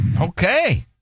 Okay